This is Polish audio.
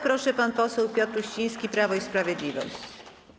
Proszę, pan poseł Piotr Uściński, Prawo i Sprawiedliwość.